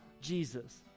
Jesus